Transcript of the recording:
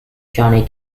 johnny